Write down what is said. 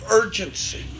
urgency